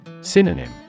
Synonym